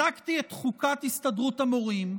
בדקתי את חוקת הסתדרות המורים,